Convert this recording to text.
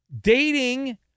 dating